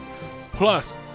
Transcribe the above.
Plus